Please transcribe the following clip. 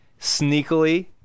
sneakily